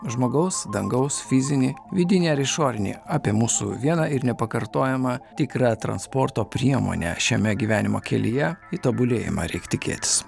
žmogaus dangaus fizinį vidinį ar išorinį apie mūsų vieną ir nepakartojamą tikrą transporto priemonę šiame gyvenimo kelyje į tobulėjimą reik tikėtis